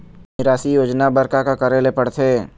निराश्री योजना बर का का करे ले पड़ते?